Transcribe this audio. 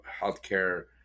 healthcare